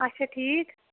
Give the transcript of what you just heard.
اچھا ٹھیٖک